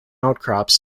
outcrops